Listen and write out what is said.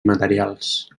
materials